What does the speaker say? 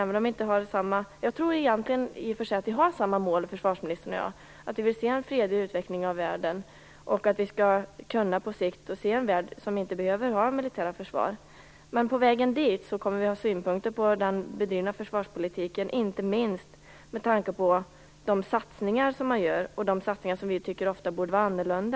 Jag tror att försvarsministern och jag egentligen har samma mål, dvs. att vi vill se en fredlig utveckling av världen och att vi på sikt skall kunna se en värld som inte behöver ha militära försvar. Men på vägen dit kommer vi att ha synpunkter på den bedrivna försvarspolitiken, inte minst med tanke på de satsningar som man gör och som vi ofta tycker borde vara annorlunda.